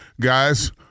Guys